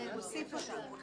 הוא הוסיף אותה.